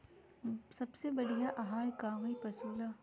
सबसे बढ़िया आहार का होई पशु ला?